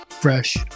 fresh